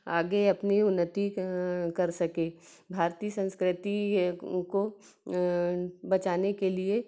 आगे अपनी उन्नति क कर सकें भारतीय संस्कृति उनको बचाने के लिए